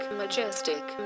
majestic